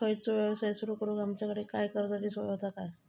खयचो यवसाय सुरू करूक तुमच्याकडे काय कर्जाची सोय होता काय?